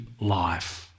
life